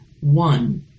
one